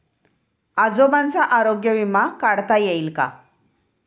आजोबांचा आरोग्य विमा काढता येईल का?